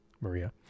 Maria